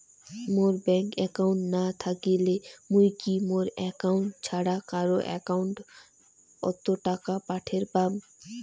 মোর bank account না থাকিলে মুই কি মোর একাউন্ট ছাড়া কারো একাউন্ট অত টাকা পাঠের পাম?